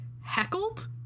heckled